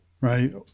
Right